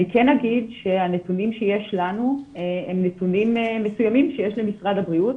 אני כן אגיד שהנתונים שיש לנו הם נתונים מסוימים שיש למשרד הבריאות.